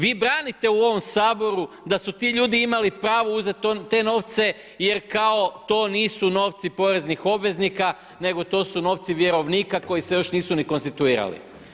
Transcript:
Vi branite u ovom SAboru da su ti ljudi imali pravo uzeti te novce jer kao to nisu novci poreznih obveznika nego to su novci vjerovnika koji se još nisu ni konstituirali.